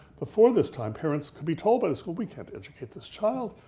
before this time, parents could be told by the school, we can't educate this child.